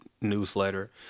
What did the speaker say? newsletter